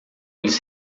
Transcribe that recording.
eles